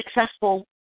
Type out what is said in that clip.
successful